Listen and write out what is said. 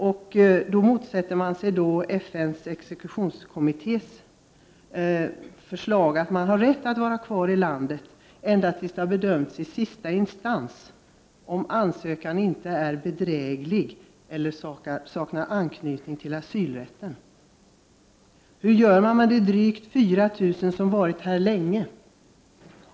Man motsätter sig FN:s exekutionskommittés förslag att en person har rätt att vara kvar i landet ända tills ärendet har bedömts i sista instans, om ansökan inte är bedräglig eller saknar anknytning till asylrätten. Hur gör man med de drygt 4 000 människor som har varit här länge?